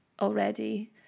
already